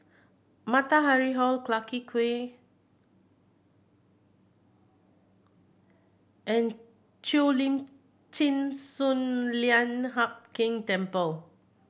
Matahari Hall Clarke Quay and Cheo Lim Chin Sun Lian Hup Keng Temple